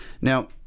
Now